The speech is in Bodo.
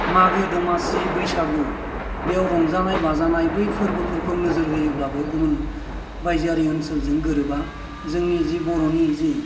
मागो दमासि बैसागु बेयाव रंजानाय बाजानाय बै फोरबोफोरखौ नोजोर होयोब्लाबो गुबुन बायजोआरि ओनसोलजों गोरोबा जोंनि जि बर'नि जि